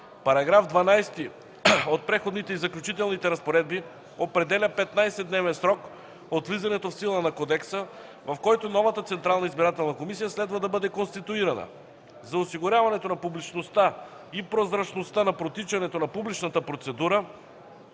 Параграф 12 от Преходните и заключителните разпоредби определя 15-дневен срок от влизането в сила на кодекса, в който новата Централна избирателна комисия следва да бъде конституирана. За осигуряването на публичността и прозрачността на протичането на публичната процедура